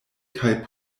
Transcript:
kaj